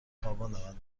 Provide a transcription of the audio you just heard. خواباندند